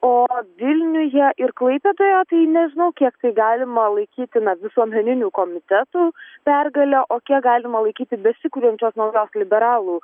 o vilniuje ir klaipėdoje tai nežinau kiek tai galima laikyti na visuomeninių komitetų pergale o kiek galima laikyti besikuriančios naujos liberalų